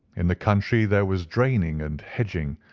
in the country there was draining and hedging,